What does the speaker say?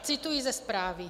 Cituji ze zprávy: